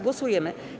Głosujemy.